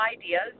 ideas